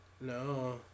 no